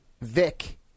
Vic